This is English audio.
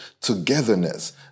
togetherness